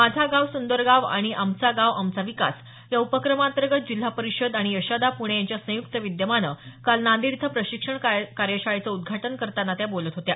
माझा गाव सुंदर गाव आणि आमचा गाव आमचा विकास या उपक्रमातर्गत जिल्हा परिषद आणि यशादा पुणे यांच्या संयुक्त विद्यमानं काल नांदेड इथं प्रशिक्षण कार्यशाळेचं उद्घाटन करताना त्या बोलत होत्या